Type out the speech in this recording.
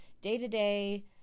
day-to-day